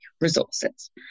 resources